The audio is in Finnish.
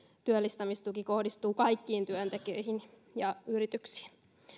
työllistämistuki kohdistuu kaikkiin työntekijöihin ja yrityksiin